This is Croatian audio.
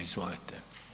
Izvolite.